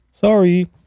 Sorry